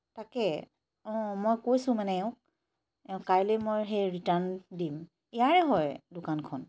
তকে অঁ মই কৈছোঁ মানে এওঁক এই কাইলৈ মই সেই ৰিটাৰ্ণ দিম ইয়াৰে হয় দোকানখন